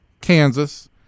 Kansas